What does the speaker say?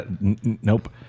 Nope